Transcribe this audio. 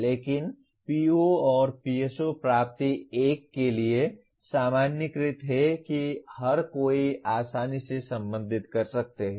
लेकिन PO और PSO प्राप्ति 1 के लिए सामान्यीकृत है कि हर कोई आसानी से संबंधित कर सकते हैं